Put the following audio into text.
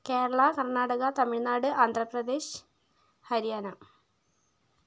Kerala Karnataka Tamil Nadu Andhra Pradesh Haryana